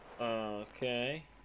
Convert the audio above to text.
okay